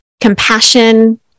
compassion